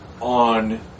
on